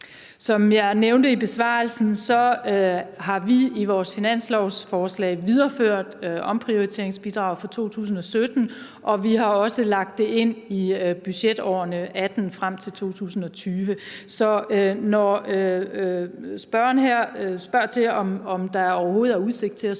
Som jeg nævnte i besvarelsen, har vi i vores finanslovsforslag videreført omprioriteringsbidraget for 2017, og vi har også lagt det ind i budgetårene 2018 og frem til 2020. Så når spørgeren her spørger til, om der overhovedet er udsigt til, at